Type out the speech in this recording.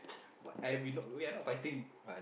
what I we not we are not fighting